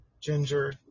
ginger